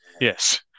Yes